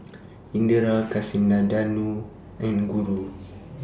Indira Kasinadhuni and Guru